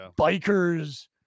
bikers